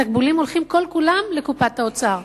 התקבולים הולכים כל כולם לקופת האוצר,